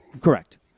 correct